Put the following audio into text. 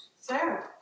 Sarah